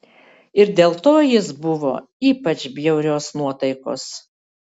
ir dėl to jis buvo ypač bjaurios nuotaikos